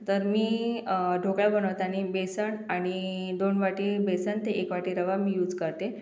तर मी ढोकळा बनवतानी बेसन आणि दोन वाटी बेसन ते एक वाटी रवा मी यूज करते